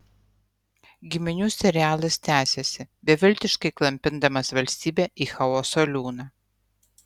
giminių serialas tęsiasi beviltiškai klampindamas valstybę į chaoso liūną